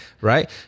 Right